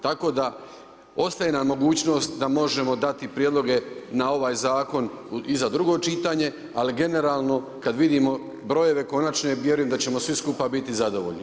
Tako da ostaje nam mogućnost da možemo dati prijedloge na ovaj zakon i za drugo čitanje ali generalno kada vidimo brojeve konačne vjerujem da ćemo svi skupa biti zadovoljni.